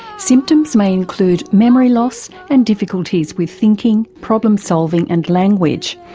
symptoms may include memory loss and difficulties with thinking, problem solving and language,